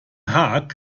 haag